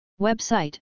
Website